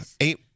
Eight